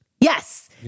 Yes